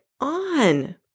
on